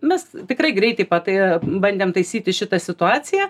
mes tikrai greitai tai bandėm taisyti šitą situaciją